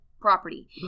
property